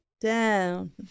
Down